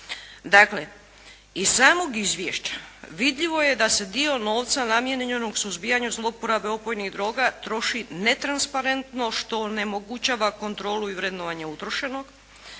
Dakle, iz samog izvješća vidljivo je da se dio novca namijenjenog suzbijanju zloporabe opojnih droga troši netransparentno što onemogućava kontrolu i vrednovanje utrošenog,